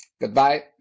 Goodbye